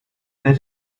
they